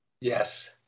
Yes